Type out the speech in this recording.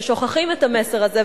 ששוכחים את המסר הזה,